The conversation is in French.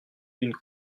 d’une